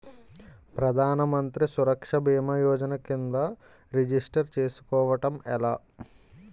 ప్రధాన మంత్రి సురక్ష భీమా యోజన కిందా రిజిస్టర్ చేసుకోవటం ఎలా?